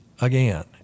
again